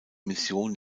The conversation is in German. mission